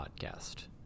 Podcast